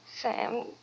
Sam